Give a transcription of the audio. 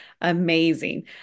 amazing